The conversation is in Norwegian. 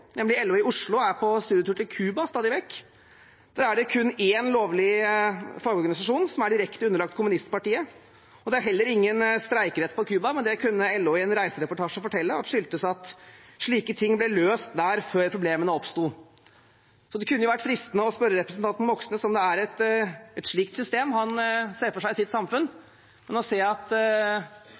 nemlig LO i Oslo, er på studietur til Cuba stadig vekk. Der er det kun én lovlig fagorganisasjon, som er direkte underlagt kommunistpartiet. Det er heller ingen streikerett på Cuba, men det kunne LO i en reisereportasje fortelle skyldtes at slikt ble løst der før problemene oppsto. Det kunne jo være fristende å spørre representanten Moxnes om det er et slikt system han ser for seg i sitt samfunn. Jeg ser at